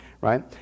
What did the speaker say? right